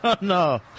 No